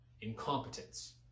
incompetence